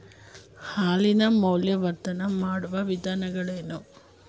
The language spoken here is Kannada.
ಹಾಲಿನ ಮೌಲ್ಯವರ್ಧನೆ ಮಾಡುವ ವಿಧಾನಗಳೇನು?